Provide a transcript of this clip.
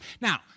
Now